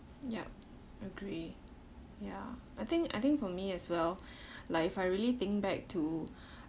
yup agree ya I think I think for me as well like if I really think back to